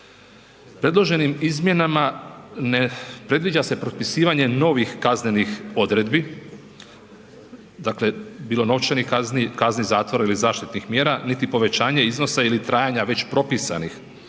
Predloženim izmjenama ne predviđa se propisivanje novih kaznenih odredbi dakle bilo novčanih kazni, kazni zatvora ili zaštitnih mjera niti povećanje iznosa ili trajanja već propisanih